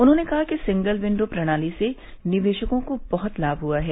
उन्होंने कहा कि सिंगल विण्डो प्रणाली से निवेशकों को बहुत लाम हुआ है